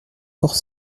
port